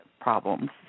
problems